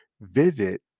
visit